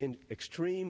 in extreme